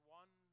one